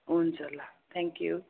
हुन्छ ल thank you